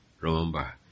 remember